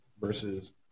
versus